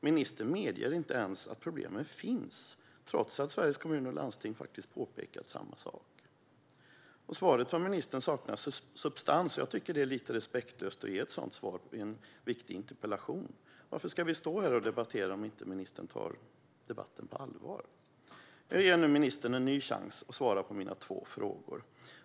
Ministern medger inte ens att problemen finns, trots att Sveriges Kommuner och Landsting faktiskt har påpekat samma sak. Svaret från ministern saknar substans, och jag tycker att det är lite respektlöst att ge ett sådant svar i en viktig interpellationsdebatt. Varför ska vi stå här och debattera om ministern inte tar debatten på allvar? Jag ger nu ministern en ny chans att svara på mina två frågor.